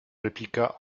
répliqua